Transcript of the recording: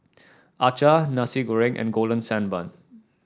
Acar Nasi Goreng and Golden Sand Bun